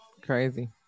crazy